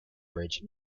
bridge